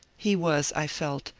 he was, i felt,